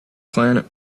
planet